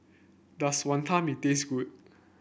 does Wantan Mee taste good